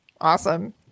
Awesome